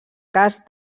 cas